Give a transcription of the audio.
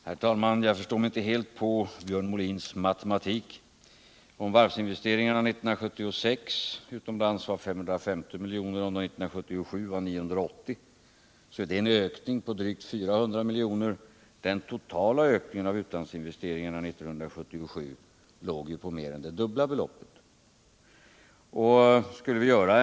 Herr talman! Jag förstår mig inte helt på Björn Molins matematik. Om varvsinvesteringarna utomlands var 550 miljoner 1976 och 980 miljoner 1977, så är det en ökning på drygt 400 miljoner. Den totala ökningen av utlandsinvesteringarna 1977 låg på mer än det dubbla beloppet.